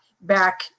back